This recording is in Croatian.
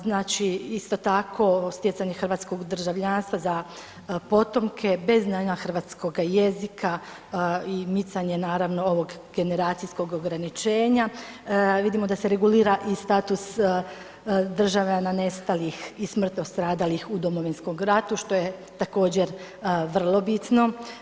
Znači isto tako stjecanje hrvatskog državljanstva za potomke bez znanja hrvatskog jezika i micanje naravno ovog generacijskog ograničenja vidimo da se regulira i status državljana nestalih i smrtno stradalih u Domovinskom ratu što je također vrlo bitno.